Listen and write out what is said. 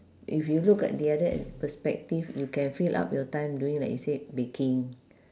if you look at the other perspective you can fill up your time doing like you said baking